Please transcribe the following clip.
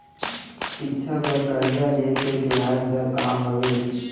शिक्षा बर कर्जा ले के बियाज दर का हवे?